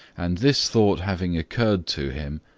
and this thought having occurred to him,